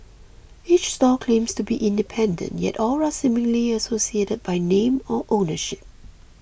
each stall claims to be independent yet all are seemingly associated by name or ownership